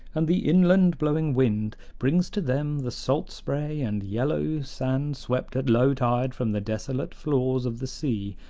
and the inland-blowing wind brings to them the salt spray and yellow sand swept at low tide from the desolate floors of the sea,